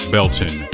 Belton